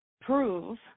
prove